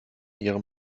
ihrem